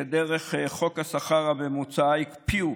שדרך חוק השכר הממוצע הקפיאו